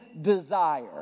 desire